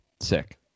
Sick